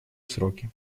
сроки